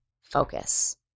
focus